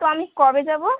তো আমি কবে যাবো